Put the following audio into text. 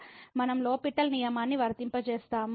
కాబట్టి మనం L'Hôpital L'Hospital నియమాన్ని వర్తింపజేస్తాము